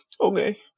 okay